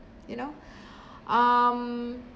you know um